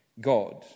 God